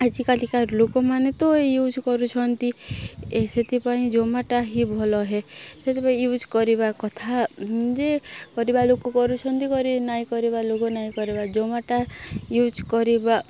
ଆଜିକାଲିକା ଲୋକମାନେ ତ ୟୁଜ୍ କରୁଛନ୍ତି ଏ ସେଥିପାଇଁ ଜୋମାଟୋ ହିଁ ଭଲହେ ସେଥିପାଇଁ ୟୁଜ୍ କରିବା କଥା ଯେ କରିବା ଲୋକ କରୁଛନ୍ତି କରି ନାଇଁ କରିବା ଲୋକ ନାଇଁ କରିବା ଜୋମାଟୋ ୟୁଜ୍ କରିବା